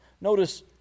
Notice